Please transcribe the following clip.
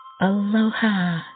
Aloha